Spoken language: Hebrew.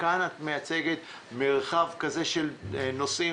כאן מייצגים מרחב כזה של נושאים